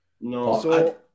No